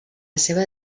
seva